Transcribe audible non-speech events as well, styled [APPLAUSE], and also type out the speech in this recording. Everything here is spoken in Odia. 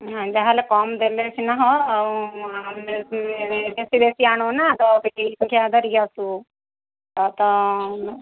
ନା ଯାହା ହେଲେ କମ୍ ଦେଲେ ସିନା ହେବ ଆଉ ଆମେ ବି ବେଶୀ ବେଶୀ ଆଣୁନୁନା ତ ବିକି [UNINTELLIGIBLE] ଧରିକି ଆସୁ ତ